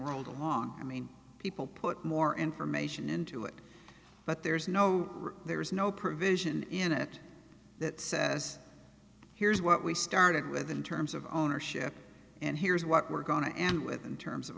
right along i mean people put more information into it but there's no there is no provision in it that says here's what we started with in terms of ownership and here's what we're going to end with in terms of